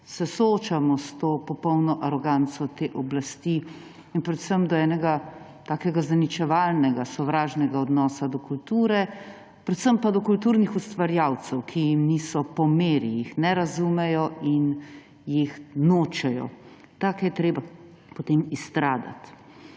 se soočamo s to popolno aroganco te oblasti in predvsem z enim tako zaničevalnim, sovražnim odnosom do kulture, predvsem pa do kulturnih ustvarjalcev, ki jim niso po meri, jih ne razumejo in jih nočejo. Take je treba potem izstradati.